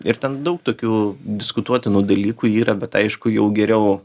ir ten daug tokių diskutuotinų dalykų yra bet aišku jau geriau